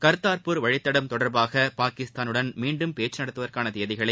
கர்த்தார்பூர் வழித்தடம் தொடர்பாக பாகிஸ்தானுடன் மீண்டும் பேச்சு நடத்துவதற்கான தேதிகளை